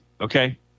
okay